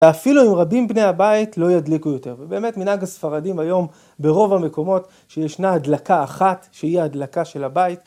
ואפילו אם רבים בני הבית, לא ידליקו יותר. ובאמת, מנהג הספרדים היום, ברוב המקומות, שישנה הדלקה אחת, שהיא ההדלקה של הבית.